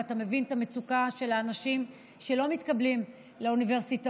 ואתה מבין את המצוקה של האנשים שלא מתקבלים לאוניברסיטאות